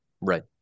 right